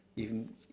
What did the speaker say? if